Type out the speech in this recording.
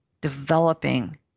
developing